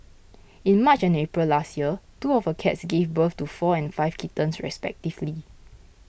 in March and April last year two of her cats gave birth to four and five kittens respectively